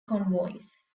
convoys